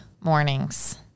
mornings